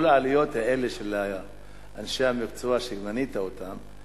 כל העלויות האלה של אנשי המקצוע שמנית אותם,